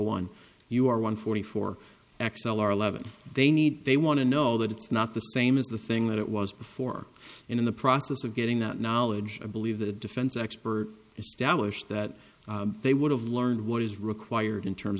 and you are one forty four x they need they want to know that it's not the same as the thing that it was before in the process of getting that knowledge i believe the defense expert established that they would have learned what is required in terms